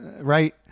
right